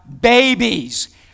babies